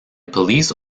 police